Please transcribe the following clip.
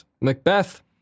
Macbeth